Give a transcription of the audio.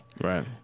right